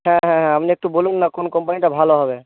হ্যাঁ হ্যাঁ হ্যাঁ আপনি একটু বলুন না কোন কম্পানিটা ভালো হবে